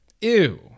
ew